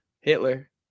Hitler